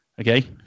okay